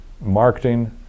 marketing